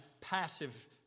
passive